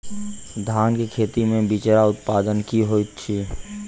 धान केँ खेती मे बिचरा उत्पादन की होइत छी?